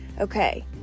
Okay